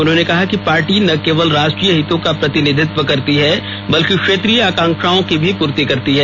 उन्होंने कहा कि पार्टी न केवल राष्ट्रीय हितों का प्रतिनिधित्व करती है बल्कि क्षेत्रीय आकांक्षाओं की भी पूर्ति करती है